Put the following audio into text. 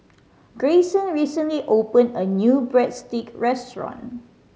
Grayson recently opened a new Breadstick restaurant